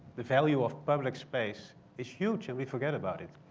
the value of public space is huge and we forget about it,